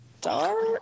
Dark